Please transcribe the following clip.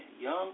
young